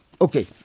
Okay